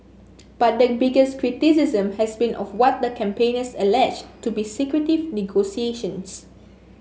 but the biggest criticism has been of what the campaigners allege to be secretive negotiations